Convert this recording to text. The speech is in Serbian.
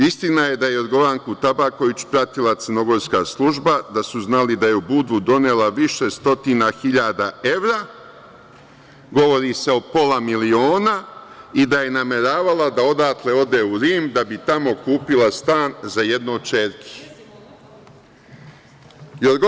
Istina je da je Jorgovanku Tabaković pratila crnogorska služba, da su znali da je u Budvu donela više stotina hiljada evra, govori se o pola miliona i da je nameravala da odatle ode u Rim, da bi tamo kupila stan za jednu od ćerki.